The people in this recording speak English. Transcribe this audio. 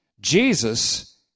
Jesus